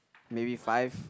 maybe five